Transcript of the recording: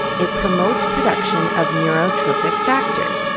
it promotes production of neurotrophic factors,